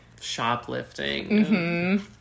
shoplifting